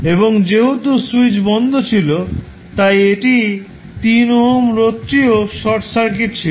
এবং যেহেতু সুইচ বন্ধ ছিল তাই এই 3 ওহম রোধটিও শর্ট সার্কিট ছিল